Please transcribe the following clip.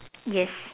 yes